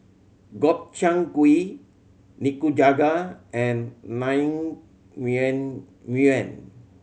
Gobchang Gui Nikujaga and Naengmyeon